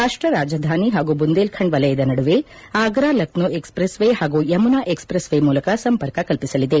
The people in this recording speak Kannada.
ರಾಷ್ಟ ರಾಜಧಾನಿ ಹಾಗೂ ಬುಂದೇಲ್ ಖಂಡ್ ವಲಯದ ನಡುವೆ ಆಗ್ರಾ ಲಕ್ನೋ ಎಕ್ಸೆಪ್ರೆಸ್ ವೇ ಹಾಗೂ ಯಮುನಾ ಎಕ್ಪ್ರೆಸ್ ವೇ ಮೂಲಕ ಸಂಪರ್ಕ ಕಲ್ಲಿಸಲಿದೆ